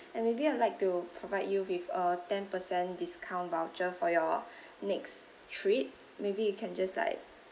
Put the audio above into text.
and maybe I'd like to provide you with a ten percent discount voucher for your next trip maybe you can just like